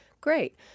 Great